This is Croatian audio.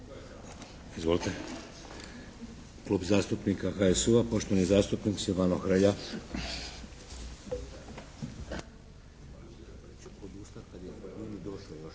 Arlović. Klub zastupnika HSU-a poštovani zastupnik Silvano Hrelja.